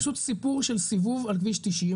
זה פשוט סיפור של סיבוב על כביש 90,